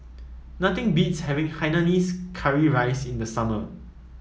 nothing beats having Hainanese Curry Rice in the summer